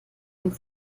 einen